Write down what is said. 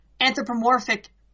anthropomorphic